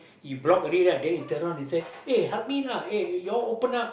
he block already right the he turn round and say eh help me lah eh your open up